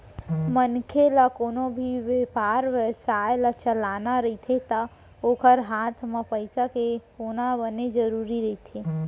मनखे ल कोनो भी बेपार बेवसाय ल चलाना रहिथे ता ओखर हात म पइसा के होना बने जरुरी रहिथे